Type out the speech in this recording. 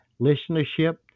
listenership